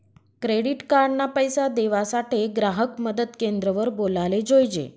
credit card ना पैसा देवासाठे ग्राहक मदत क्रेंद्र वर बोलाले जोयजे